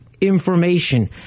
information